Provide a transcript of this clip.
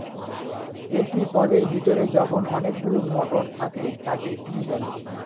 একটি পদের ভেতরে যখন অনেকগুলো মটর থাকে তাকে পি বলে